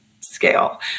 scale